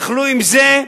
היו יכולים עם זה,